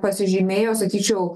pasižymėjo sakyčiau